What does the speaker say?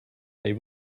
they